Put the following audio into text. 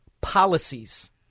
policies